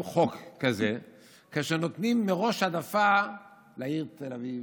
חוק כזה כאשר נותנים מראש העדפה לעיר תל אביב,